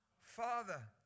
Father